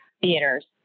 theaters